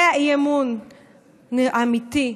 זה האי-אמון האמיתי,